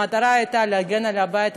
המטרה הייתה להגן על הבית,